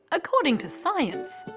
according to science,